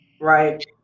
Right